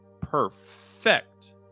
perfect